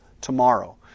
tomorrow